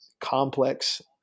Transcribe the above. complex